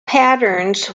patterns